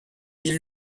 ils